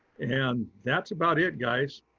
and that's about it, guys.